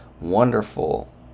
wonderful